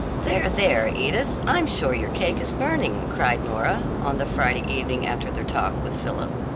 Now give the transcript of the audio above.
there, there, edith, i'm sure your cake is burning, cried nora on the friday evening after their talk with philip.